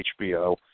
HBO